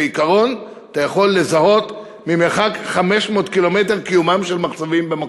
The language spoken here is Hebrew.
כעיקרון אתה יכול לזהות ממרחק 500 קילומטר קיומם של מחצבים במקום.